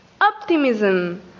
Optimism